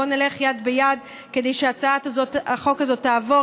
בוא נלך יד ביד כדי שהצעת החוק הזאת תעבור.